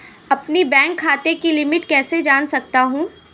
अपने बैंक खाते की लिमिट कैसे जान सकता हूं?